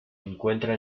encuentra